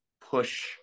push